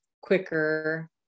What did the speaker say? quicker